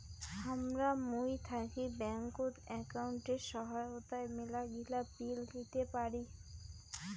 হামরা মুই থাকি ব্যাঙ্কত একাউন্টের সহায়তায় মেলাগিলা বিল দিতে পারি